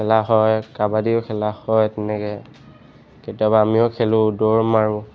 খেলা হয় কাবাডীও খেলা হয় তেনেকৈ কেতিয়াবা আমিও খেলোঁ দৌৰো মাৰোঁ